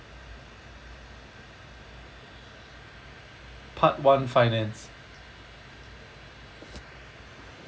part one finance